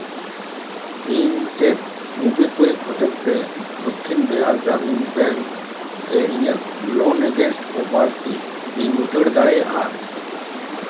ᱤᱧ ᱪᱮᱫ ᱢᱩᱵᱤ ᱠᱩᱭᱤᱠ ᱦᱚᱛᱮᱛᱮ ᱫᱚᱠᱠᱷᱤᱱ ᱵᱤᱦᱟᱨ ᱜᱨᱟᱢᱤᱱ ᱵᱮᱝᱠ ᱨᱮ ᱤᱧᱟᱹᱜ ᱞᱳᱱ ᱮᱜᱮᱱᱥᱴ ᱯᱳᱯᱟᱨᱴᱤᱧ ᱩᱪᱟᱹᱲ ᱫᱟᱲᱮᱭᱟᱜᱼᱟ